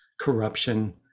corruption